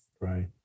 Right